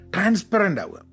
Transparent